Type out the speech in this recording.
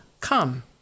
Come